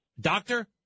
Doctor